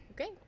Okay